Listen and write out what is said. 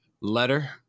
Letter